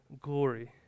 glory